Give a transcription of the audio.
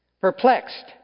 Perplexed